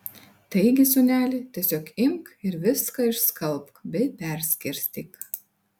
taigi sūneli tiesiog imk ir viską išskalbk bei perskirstyk